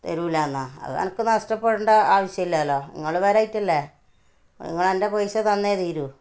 തരൂല്ലാന്നാ അത് എനിക്ക് നഷ്ടപ്പെടേണ്ട ആവശ്യമില്ലാല്ലോ നിങ്ങൾ വരാഞ്ഞിട്ടല്ലേ നിങ്ങൾ എന്റെ പൈസ തന്നേ തീരു